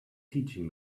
teaching